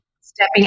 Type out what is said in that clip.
stepping